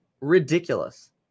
ridiculous